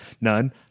None